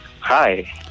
Hi